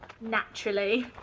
Naturally